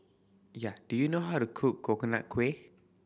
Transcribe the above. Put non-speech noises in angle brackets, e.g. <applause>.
<unintelligible> do you know how to cook Coconut Kuih